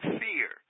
fear